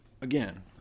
again